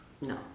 No